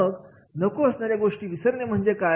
मग नको असणाऱ्या गोष्टी विसरणे म्हणजे काय